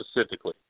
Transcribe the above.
specifically